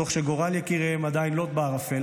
תוך שגורל יקיריהם עדיין לוט בערפל,